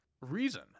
Reason